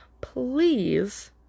please